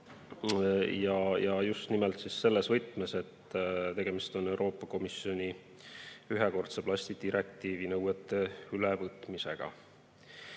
ja just nimelt selles võtmes, et tegemist on Euroopa Komisjoni ühekordse plasti direktiivi nõuete ülevõtmisega. Paljud